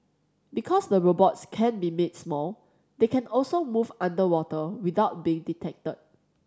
because the robots can be made small they can also move underwater without being detected